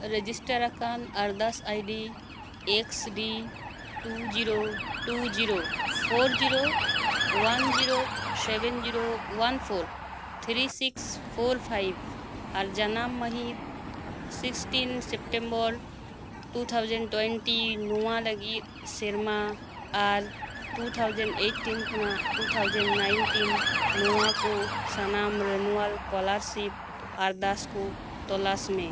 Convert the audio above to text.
register ᱟᱠᱟᱱ ᱟᱨᱫᱟᱥ ID X D two zero two zero four zero one zero seven zero one four three six four five ᱟᱨ ᱡᱟᱱᱟᱢ ᱢᱟᱹᱦᱤᱛ sixteen September two thousand twenty ᱱᱚᱣᱟ ᱞᱟᱹᱜᱤᱫ ᱥᱮᱨᱢᱟ ᱟᱨ ᱴᱩ ᱛᱷᱟᱣᱡᱮᱱ ᱮᱭᱤᱴᱤᱱ ᱠᱷᱚᱱᱟᱜ ᱴᱩ ᱛᱷᱟᱣᱡᱮᱱ ᱱᱟᱭᱤᱴᱤᱱ ᱱᱚᱣᱟ ᱠᱚ ᱥᱟᱱᱟᱢ ᱨᱮᱱᱩᱣᱟᱞ ᱥᱠᱚᱞᱟᱨᱥᱤᱯ ᱟᱨᱫᱟᱥ ᱠᱚ ᱛᱚᱞᱟᱥ ᱢᱮ